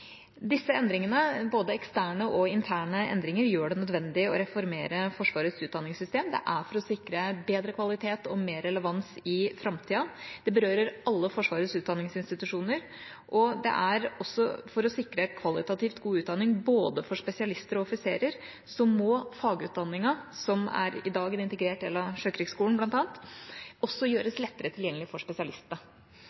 Disse endringene – både eksterne og interne – gjør det nødvendig å reformere Forsvarets utdanningssystem. Det er for å sikre bedre kvalitet og mer relevans i framtida. Det berører alle Forsvarets utdanningsinstitusjoner. For å sikre en kvalitativt god utdanning både av spesialister og av offiserer må fagutdanningen, som i dag er en integrert del av Sjøkrigsskolen, bl.a., også